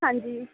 ਹਾਂਜੀ